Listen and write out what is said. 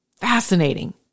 Fascinating